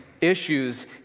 issues